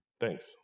Thanks